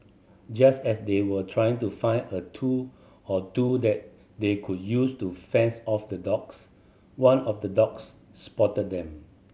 just as they were trying to find a tool or two that they could use to fends off the dogs one of the dogs spotted them